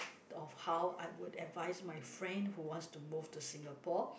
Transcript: of how I would advise my friend who wants to move to Singapore